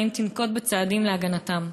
האם תנקוט צעדים להגנתם?